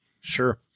Sure